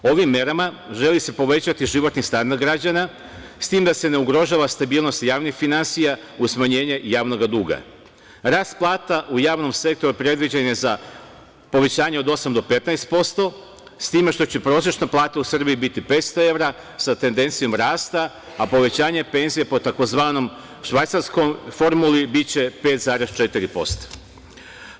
Ovim merama želi se povećati životni standard građana, s tim da se ne ugrožava stabilnost javnih finansija uz smanjenje javnog duga Rast plata u javnom sektoru predviđen je za povećanje od 8% do 15%, s tim što će prosečna plata u Srbiji biti 500 evra, sa tendencijom rasta, a povećanje penzija po tzv. švajcarskoj formuli biće 5,4%